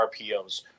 RPOs